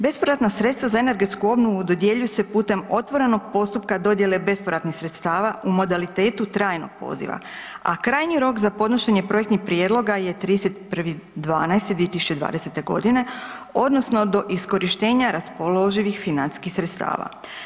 Bespovratna sredstva za energetsku obnovu dodjeljuju se putem otvorenog postupka dodjele bespovratnih sredstava u modalitetu trajnog poziva, a krajnji rok za podnošenje projektnih prijedloga je 31.12.2020. godine odnosno do iskorištenja raspoloživih financijskih sredstava.